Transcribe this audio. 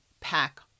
pack